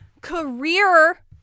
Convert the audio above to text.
career